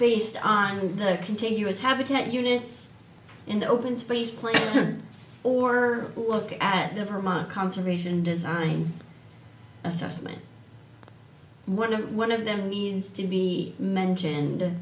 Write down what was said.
based on the continuous habitat units in the open space plant or look at the fairmont conservation design assessment when one of them needs to be mentioned